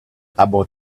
about